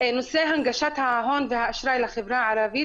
נושא הנגשת ההון והאשראי לחברה הערבית,